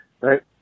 Right